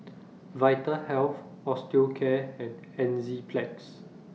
Vitahealth Osteocare and Enzyplex